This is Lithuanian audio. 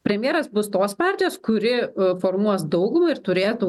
premjeras bus tos partijos kuri formuos daugumą ir turėtų